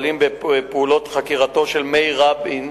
הניחו לפני עצור תמונות ילדיו שאותם לא ראה 23 ימים.